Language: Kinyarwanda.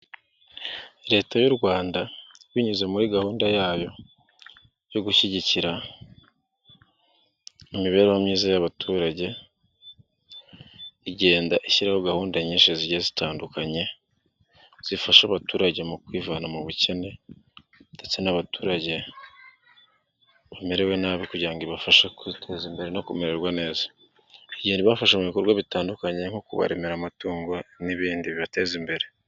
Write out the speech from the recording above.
Leta y'u Rwanda binyuze muri gahunda yayo yo gushyigikira imibereho myiza y'abaturage. Igenda ishyiraho gahunda nyinshi zigiye zitandukanye. Zifasha abaturage mu kwivana mu bukene ndetse n'abaturage bamerewe nabi kugira ngo ibafashe kwiteza imbere no kumererwa neza. Igenda ibafashe mu bikorwa bitandukanye nko kubaremera amatungo n'ibindi bikorwa bibateza imbere.